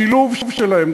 שילוב שלהם,